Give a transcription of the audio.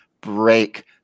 break